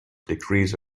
decrease